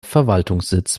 verwaltungssitz